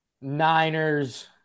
Niners